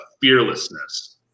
fearlessness